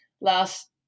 last